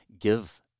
give